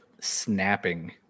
snapping